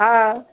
ആ